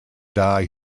die